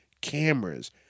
cameras